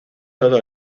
todo